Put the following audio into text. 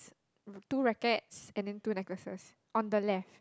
two rackets and then two necklaces on the left